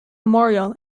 memorial